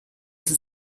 sie